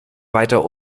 weiter